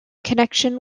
connection